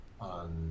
on